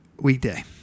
Weekday